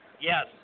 Yes